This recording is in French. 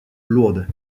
lourde